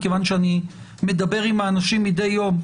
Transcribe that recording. מכיוון שאני מדבר עם אנשים מדי יום,